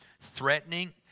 threatening